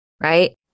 right